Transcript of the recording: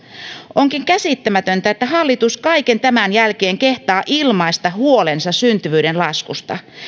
onkin käsittämätöntä että hallitus kaiken tämän jälkeen kehtaa ilmaista huolensa syntyvyyden laskusta